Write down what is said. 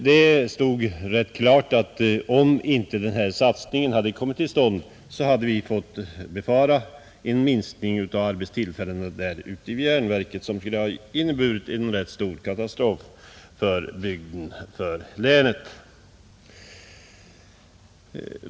Det stod klart att vi om inte den här satsningen hade kommit till stånd hade kunnat befara en minskning av arbetstillfällena vid järnverket, och det skulle ha inneburit en katastrof för bygden och för länet.